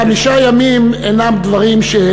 כי חמישה ימים אינם דברים,